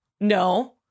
No